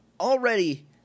already